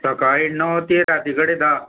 सकाळी णव ते राती कडेन धा